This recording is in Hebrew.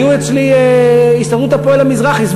היו אצלי הסתדרות הפועל המזרחי.